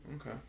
Okay